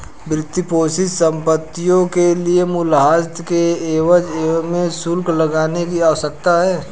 वित्तपोषित संपत्तियों के लिए मूल्यह्रास के एवज में शुल्क लगाने की आवश्यकता है